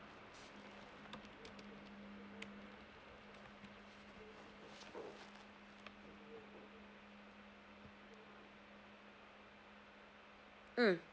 mm